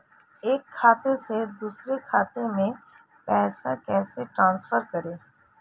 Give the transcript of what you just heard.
एक खाते से दूसरे खाते में पैसे कैसे ट्रांसफर करें?